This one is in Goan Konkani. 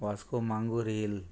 वास्को मांगूर हील